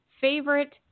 favorite